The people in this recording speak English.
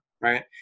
right